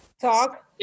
talk